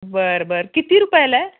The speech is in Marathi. बरं बरं किती रुपयाला आहे